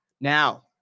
Now